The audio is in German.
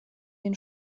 den